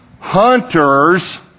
Hunters